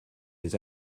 des